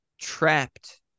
trapped